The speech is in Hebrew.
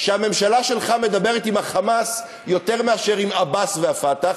שהממשלה שלך מדברת עם ה"חמאס" יותר מאשר עם עבאס וה"פתח",